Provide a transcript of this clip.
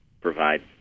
provide